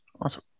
Awesome